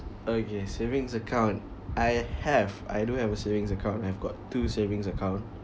uh kay savings account I have I don't have a savings account I've got two savings account